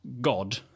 God